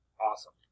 awesome